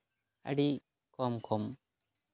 ᱟᱹᱰᱤ ᱠᱚᱢ ᱠᱚᱢ